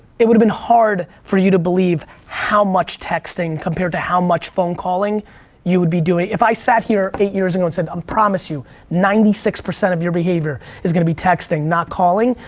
it would've been hard for you to believe how much texting compared to how much phone calling you would be doing. if i sat here eight years ago and said, i um promise you, ninety six percent of your behavior is gonna be texting, not calling,